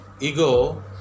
ego